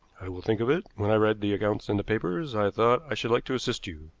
i will think of it. when i read the accounts in the papers, i thought i should like to assist you,